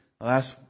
last